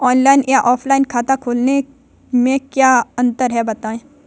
Online या offline खाता खोलने में क्या अंतर है बताएँ?